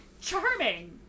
charming